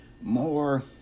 more